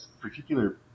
particular